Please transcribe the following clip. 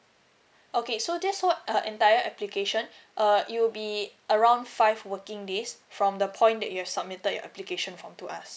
okay so just so uh entire application uh it will be around five working days from the point that you have submitted your application form to us